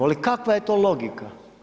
Ali kakva je to logika?